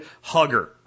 hugger